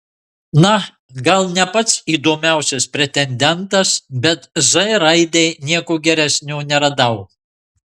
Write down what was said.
na gal ne pats įdomiausias pretendentas bet z raidei nieko geresnio neradau